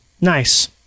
Nice